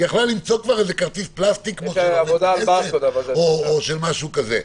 יכלה למצוא כרטיס פלסטיק או משהו כזה.